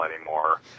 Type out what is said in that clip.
anymore